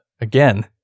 again